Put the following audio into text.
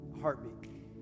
Heartbeat